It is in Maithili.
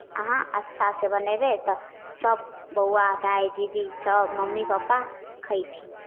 अहाँ अच्छासँ बनेबै तऽ सभ बौआ दाइ दीदी सभ मम्मी पप्पा खयथिन